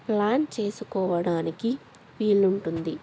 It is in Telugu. ప్లాన్ చేసుకోవడానికి వీలు ఉంటుంది